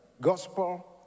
gospel